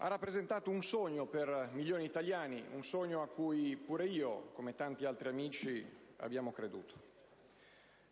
Ha rappresentato un sogno per milioni di italiani, sogno a cui anche io, come tanti altri amici, ho creduto.